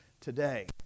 today